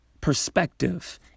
perspective